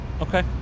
okay